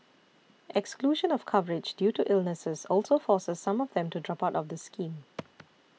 exclusion of coverage due to illnesses also forces some of them to drop out of the scheme